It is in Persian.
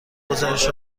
گزارش